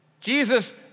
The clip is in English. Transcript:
Jesus